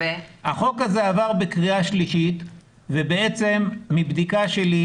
החוק הזה עבר בקריאה שלישית ובעצם מבדיקה שלי,